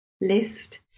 list